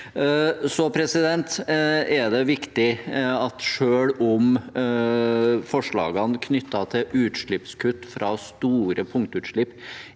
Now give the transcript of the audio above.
-lagring. Det er viktig at selv om forslagene knyttet til utslippskutt fra store punktutslipp